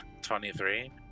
23